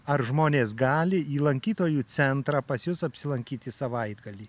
ar žmonės gali į lankytojų centrą pas jus apsilankyti savaitgalį